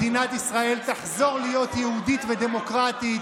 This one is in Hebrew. מדינת ישראל תחזור להיות יהודית ודמוקרטית